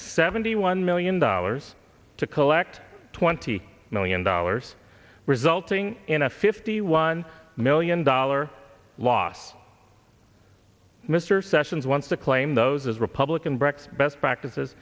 seventy one million dollars to collect twenty million dollars resulting in a fifty one million dollar loss mr sessions wants to claim those republican brecht best practices